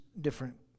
different